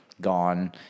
Gone